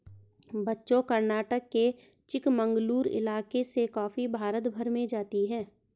बच्चों कर्नाटक के चिकमंगलूर इलाके से कॉफी भारत भर में जाती है